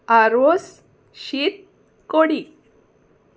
आरोस शीत कोडी